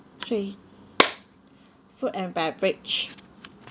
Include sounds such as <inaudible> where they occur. three <noise> food and beverage